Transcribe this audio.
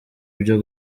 byo